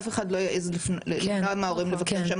אף אחד לא יעיז למנוע מההורים לבקר שם.